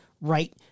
right